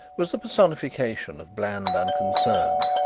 was the personification of bland unconcern.